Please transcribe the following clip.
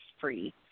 free